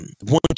one